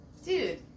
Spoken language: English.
dude